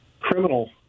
criminal